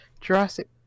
Jurassic